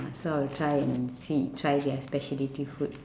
so I will try and see try their speciality food